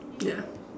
ya